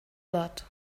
lot